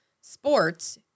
sports